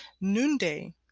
Noonday